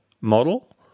model